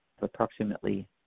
approximately